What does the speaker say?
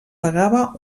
pagava